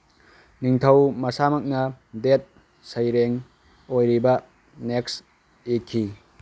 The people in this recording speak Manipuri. ꯅꯤꯡꯊꯧ ꯃꯁꯥꯃꯛꯅ ꯗꯦꯠ ꯁꯩꯔꯦꯡ ꯑꯣꯏꯔꯤꯕ ꯅꯦꯛꯁ ꯏꯈꯤ